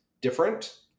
different